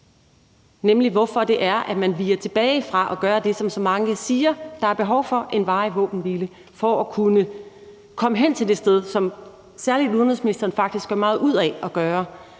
nemlig hvorfor man viger tilbage fra at gøre det, som så mange siger der er behov for – en varig våbenhvile – for at kunne komme hen til det sted, som særlig udenrigsministeren faktisk gør meget ud af, hvor